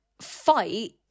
fight